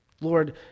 Lord